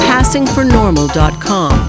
PassingForNormal.com